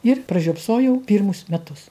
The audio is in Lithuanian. ir pražiopsojau pirmus metus